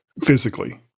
physically